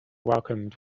welcomed